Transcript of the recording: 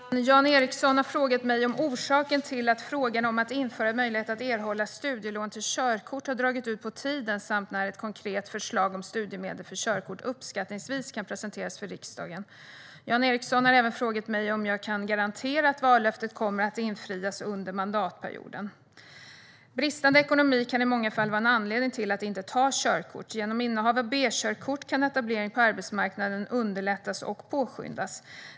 Herr talman! Jan Ericson har frågat mig om orsaken till att frågan om att införa möjlighet att erhålla studielån till körkort har dragit ut på tiden samt när ett konkret förslag om studiemedel för körkort uppskattningsvis kan presenteras för riksdagen. Jan Ericson har även frågat mig om jag kan garantera att vallöftet kommer att infrias under mandatperioden. Bristande ekonomi kan i många fall vara en anledning till att inte ta körkort. Genom innehav av B-körkort kan etablering på arbetsmarknaden underlättas och påskyndas.